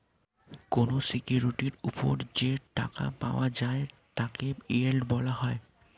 কোন সিকিউরিটির উপর যে টাকা পাওয়া যায় তাকে ইয়েল্ড বলা হয়